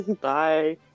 Bye